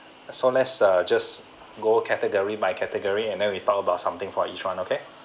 so let's uh just go category by category and then we talk about something for each one okay